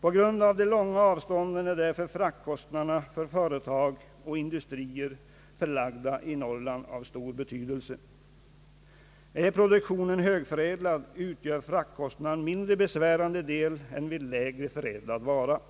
På grund av de långa avstånden är därför fraktkostnaderna för företag och industrier förlagda i Norrland av stor betydelse. Är produkten högförädlad utgör fraktkostnaden en mindre besvärande del än vid lägre förädlad vara.